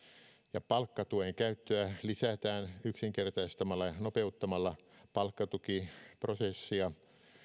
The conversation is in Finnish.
palkkatuen käyttöä lisätään yksinkertaistamalla ja nopeuttamalla palkkatukiprosessia